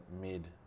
mid